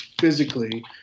physically